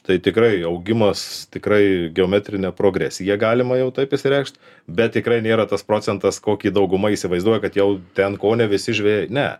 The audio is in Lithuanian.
tai tikrai augimas tikrai geometrine progresija galima jau taip išsireikšt bet tikrai nėra tas procentas kokį dauguma įsivaizduoja kad jau ten kone visi žvejai ne